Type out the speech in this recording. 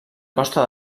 costa